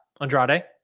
Andrade